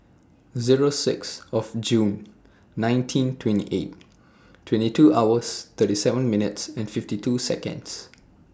Zero six of June nineteen twenty eight twenty two hours thirty seven minutes fifty two Seconds